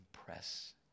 impress